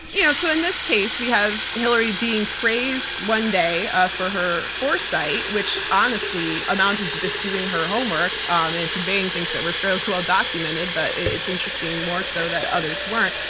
you know so in this case, we have hillary being praised one day ah for her foresight, which honestly amounted to just doing her homework um and conveying things that were fairly well-documented, but it's interesting more so that others weren't.